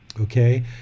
Okay